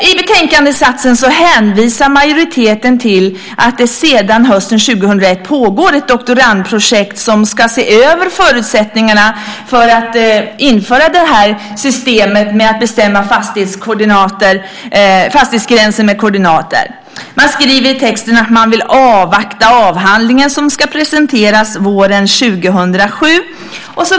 I betänkandetexten hänvisar majoriteten till att det sedan hösten 2001 pågår ett doktorandprojekt som ska se över förutsättningarna för att införa systemet att bestämma fastighetsgränser med koordinater. Man skriver i texten att man vill avvakta avhandlingen, som ska presenteras våren 2007.